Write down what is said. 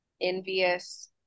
envious